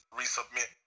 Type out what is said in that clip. resubmit